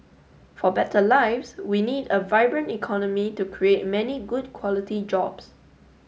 for better lives we need a vibrant economy to create many good quality jobs